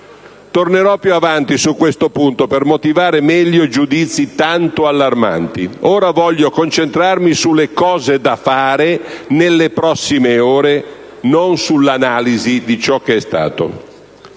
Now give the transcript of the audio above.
Tornerò più avanti su questo punto per motivare meglio giudizi tanto allarmanti. Ora voglio concentrarmi sulle cose da fare nelle prossime ore, non sulle analisi di ciò che è stato.